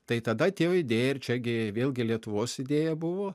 tai tada atėjo idėja ir čia gi vėlgi lietuvos idėja buvo